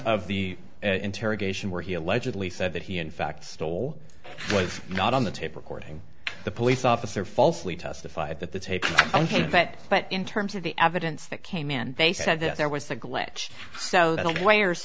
of the interrogation where he allegedly said that he in fact stole was not on the tape recording the police officer falsely testified that the tape ok but but in terms of the evidence that came in they said that there was a glitch so the